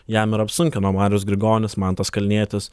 jam ir apsunkino marius grigonis mantas kalnietis